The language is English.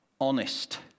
honest